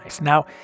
Now